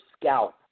scalp